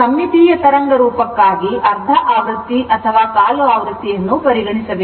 ಸಮ್ಮಿತೀಯ ತರಂಗರೂಪಕ್ಕಾಗಿ ಅರ್ಧಆವೃತ್ತಿ ಅಥವಾ ಕಾಲು ಆವೃತ್ತಿಯನ್ನು ಪರಿಗಣಿಸಬೇಕು